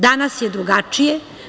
Danas je drugačije.